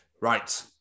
Right